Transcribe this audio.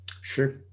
Sure